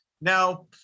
Now